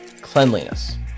Cleanliness